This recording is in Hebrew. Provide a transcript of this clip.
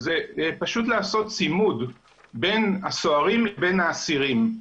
זה פשוט לעשות צימוד בין הסוהרים לבין האסירים.